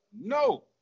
no